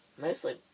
Mostly